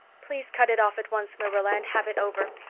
please cut it off at once, marilla, and have it over.